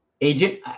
agent